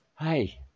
Hey